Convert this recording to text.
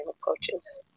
approaches